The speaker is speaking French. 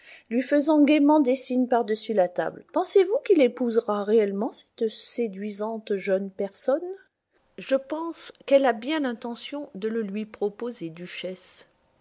lui faisant gaiement des signes par-dessus la table pensez-vous qu'il épousera réellement cette séduisante jeune personne je pense qu'elle a bien l'intention de le lui proposer duchesse